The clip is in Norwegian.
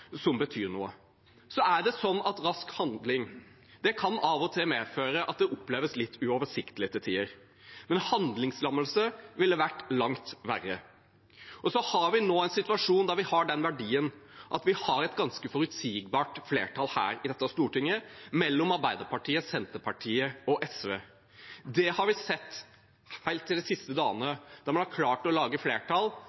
Rask handling kan av og til medføre at det til tider oppleves litt uoversiktlig, men handlingslammelse ville vært langt verre. Vi har nå en situasjon der vi har den verdien at vi har et ganske forutsigbart flertall i dette stortinget, mellom Arbeiderpartiet, Senterpartiet og SV. Det har vi sett også de seneste dagene, at man har klart å lage flertall på en helt annen måte enn det